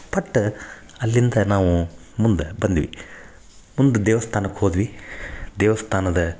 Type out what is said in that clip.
ಪಟ್ಟ ಅಲ್ಲಿಂದ ನಾವು ಮುಂದ ಬಂದ್ವಿ ಮುಂದ ದೇವಸ್ಥಾನಕ್ಕ್ ಹೋದ್ವಿ ದೇವಸ್ಥಾನದ